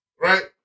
Right